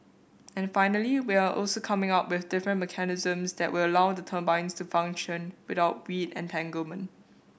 and finally we're also coming up with different mechanisms that will allow the turbines to function without weed entanglement